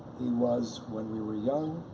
he was, when we were young,